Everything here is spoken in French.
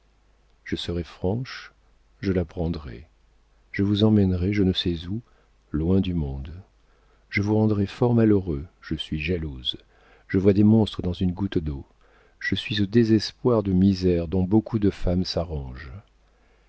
je suis franche je la prendrais je vous emmènerais je ne sais où loin du monde je vous rendrais fort malheureux je suis jalouse je vois des monstres dans une goutte d'eau je suis au désespoir de misères dont beaucoup de femmes s'arrangent